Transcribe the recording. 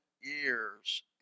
years